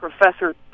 Professor